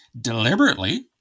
deliberately